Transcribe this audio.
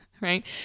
right